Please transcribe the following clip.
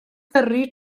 gyrru